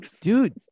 dude